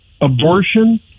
Abortion